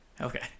Okay